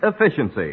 efficiency